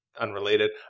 unrelated